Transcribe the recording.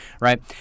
Right